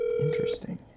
Interesting